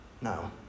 No